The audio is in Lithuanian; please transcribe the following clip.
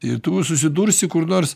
ir tu susidursi kur nors